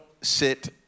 sit